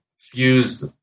fuse